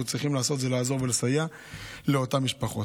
צריכים לעשות זה לעזור ולסייע לאותן משפחות.